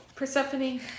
Persephone